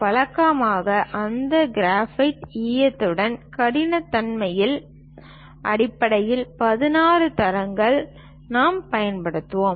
வழக்கமாக அந்த கிராஃபைட் ஈயத்தின் கடினத்தன்மையின் அடிப்படையில் 16 தரங்கள் நாம் பயன்படுத்துவோம்